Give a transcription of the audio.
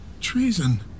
Treason